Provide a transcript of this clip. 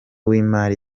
w’imari